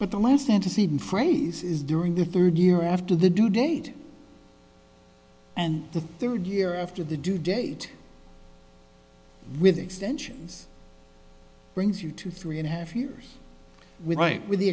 but the last antecedent phrase is during the third year after the due date and the third year after the due date with extensions brings you to three and a half years with right with the